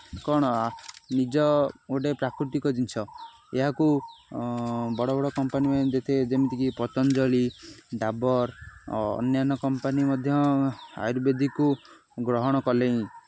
କ'ଣ ନିଜ ଗୋଟେ ପ୍ରାକୃତିକ ଜିନିଷ ଏହାକୁ ବଡ଼ ବଡ଼ କମ୍ପାନୀମାନେ ଯେତେ ଯେମିତିକି ପତଞ୍ଜଳି ଡାବର୍ ଅନ୍ୟାନ୍ୟ କମ୍ପାନୀ ମଧ୍ୟ ଆୟୁର୍ବେଦିକକୁ ଗ୍ରହଣ କଲେଣି